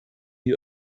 die